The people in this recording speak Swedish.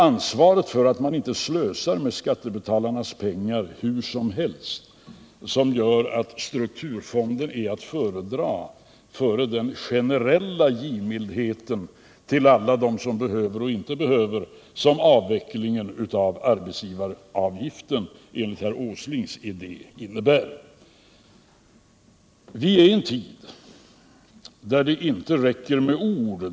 Ansvaret att inte slösa med skattebetalarnas pengar hur som helst gör att strukturfonden är att föredra framför den generella givmildheten till alla dem som behöver och inte behöver medel — och som avveckling av arbetsgivaravgiften enligt herr Åslings idé innebär. Vi lever i en tid där det inte räcker med ord.